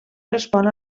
respon